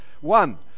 One